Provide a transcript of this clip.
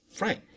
Right